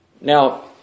Now